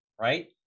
right